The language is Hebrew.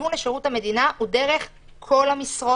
שגיוון בשירות המדינה הוא דרך כל המשרות.